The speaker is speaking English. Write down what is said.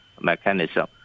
mechanism